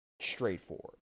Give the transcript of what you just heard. straightforward